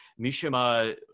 Mishima